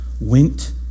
went